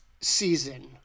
season